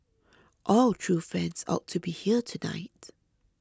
all true fans ought to be here tonight